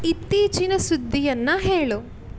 ಇತ್ತೀಚಿನ ಸುದ್ದಿಯನ್ನು ಹೇಳು